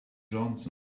johnson